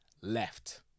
left